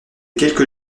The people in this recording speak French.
quelques